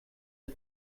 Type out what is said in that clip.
das